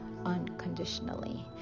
unconditionally